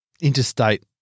interstate